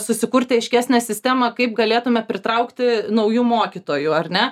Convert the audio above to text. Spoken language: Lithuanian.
susikurti aiškesnę sistemą kaip galėtume pritraukti naujų mokytojų ar ne